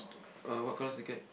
uh what colour is the cat